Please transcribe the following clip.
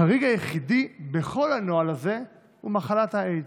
החריג היחידי בכל הנוהל הזה הוא מחלת האיידס,